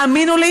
האמינו לי